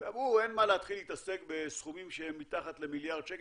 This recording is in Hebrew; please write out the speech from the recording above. ואמרו שאין מה להתחיל להתעסק בסכומים שהם מתחת למיליארד שקל.